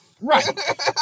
Right